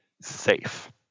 safe